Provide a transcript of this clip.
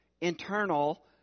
internal